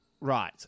Right